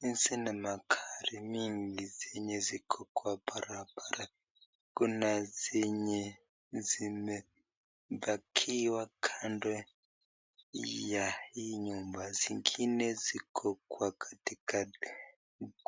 Hizi ni magari mingi zenye ziko kwa barabara. Kuna zenye zimepakiwa kando ya hii nyumba, zingine ziko katikati.